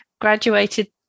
graduated